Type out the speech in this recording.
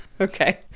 Okay